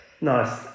nice